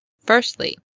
firstly